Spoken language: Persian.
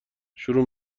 شروع